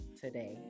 today